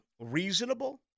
reasonable